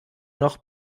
noch